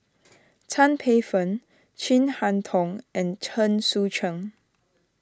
Tan Paey Fern Chin Harn Tong and Chen Sucheng